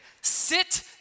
sit